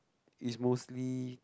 it's mostly